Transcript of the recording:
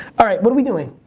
alright, what are we doing?